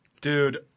Dude